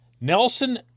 Nelson